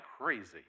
crazy